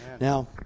Now